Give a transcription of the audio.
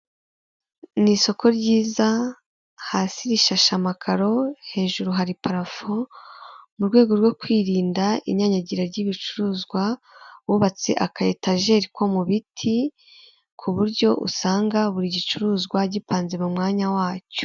Ni isoko ryiza hasi risashe amakaro hejuru hari parafo, mu rwego rwo kwirinda inyanyagira ry'ibicuruzwa bubatse akayetajeri ko mu biti ku buryo usanga buri gicuruzwa gipanze mu mwanya wacyo.